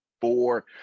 four